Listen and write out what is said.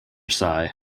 sigh